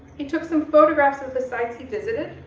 he took some photographs of the sites he visited,